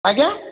ଆଜ୍ଞା